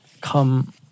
come